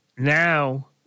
Now